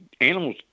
animals